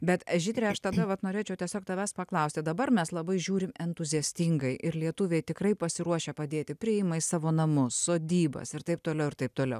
bet žydre aš tada vat norėčiau tiesiog tavęs paklausti dabar mes labai žiūrim entuziastingai ir lietuviai tikrai pasiruošę padėti priima į savo namus sodybas ir taip toliau ir taip toliau